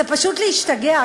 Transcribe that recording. זה פשוט להשתגע.